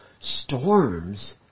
storms